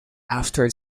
after